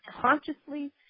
consciously